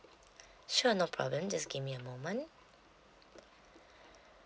sure no problem just give me a moment